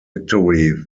victory